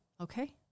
okay